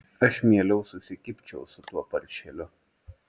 aš mieliau susikibčiau su tuo paršeliu